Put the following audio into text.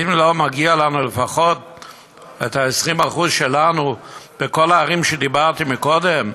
האם לא מגיעים לנו לפחות ה-20% שלנו בכל הערים שדיברתי עליהן קודם?